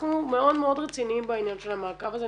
אנחנו מאוד מאוד רציניים בעניין של המעקב הזה,